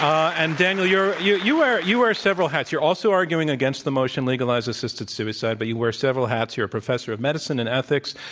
and daniel, you're you you're you wear ah several hats. you're also arguing against the motion, legalize assisted suicide, but you wear several hats. you're a professor of medicineand ethics,